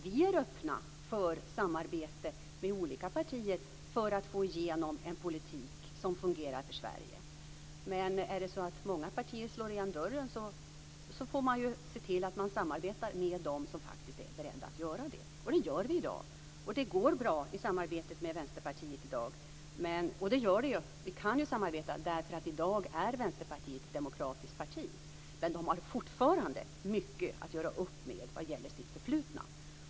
Vi är öppna för samarbete med olika partier för att få igenom en politik som fungerar för Sverige. Men är det så att många partier slår igen dörren får man se till att samarbeta med dem som är beredda att göra det. Det gör vi i dag. Det går bra i samarbetet med Vänsterpartiet i dag. Vi kan samarbeta därför att Vänsterpartiet i dag är ett demokratiskt parti. Men de har fortfarande mycket att göra upp med vad gäller sitt förflutna.